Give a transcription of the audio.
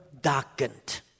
darkened